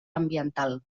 ambiental